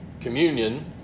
communion